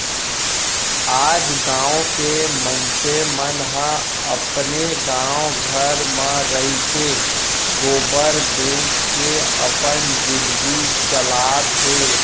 आज गॉँव के मनसे मन ह अपने गॉव घर म रइके गोबर बेंच के अपन जिनगी चलात हें